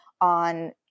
on